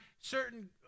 certain